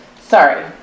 Sorry